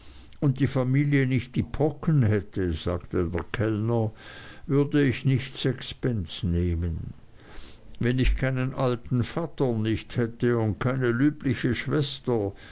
und die familie nicht die pocken hätte sagte der kellner würde ich nicht sechs pence nehmen wenn ich keinen alten vattern nicht hätte und eine lübliche schwester